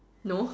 no